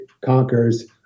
conquers